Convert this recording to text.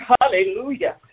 hallelujah